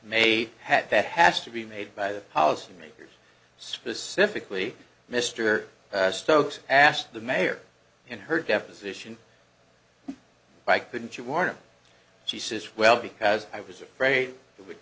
at that has to be made by the policy makers specifically mr stokes asked the mayor in her deposition why couldn't she warn him she says well because i was afraid it would